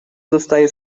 dostaje